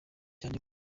cyane